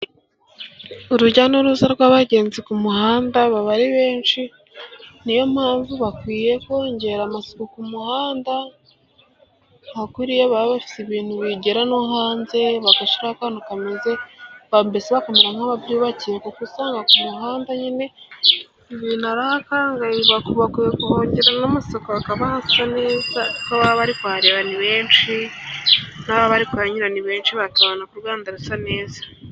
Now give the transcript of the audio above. Urujya n'uruza rw'abagenzi ku muhanda, baba ari benshi niyo mpamvu bakwiye kongera amasuku ku muhanda, nka kuriya baba bafite ibintu bigera no hanze, bagashira akantu mbese bakamera nk'ababyubakiye, kuko usanga ku muhanda nyine ibintu ari akangari. Bakwiye kuhongera amasuku hakaba hasa neza, kuko ababa bari kuhareba ni benshi, n'ababa bari kuhanyura ni benshi bakabona ko u Rwanda rusa neza.